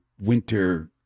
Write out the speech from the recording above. winter